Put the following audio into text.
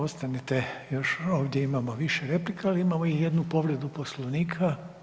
Ostanite još ovdje imamo više replika, ali imamo i jednu povredu Poslovnika.